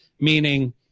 meaning –